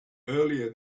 earlier